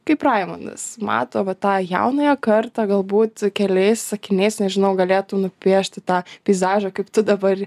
kaip raimundas mato va tą jaunąją kartą galbūt keliais sakiniais nežinau galėtų nupiešti tą peizažą kaip tu dabar